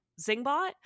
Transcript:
Zingbot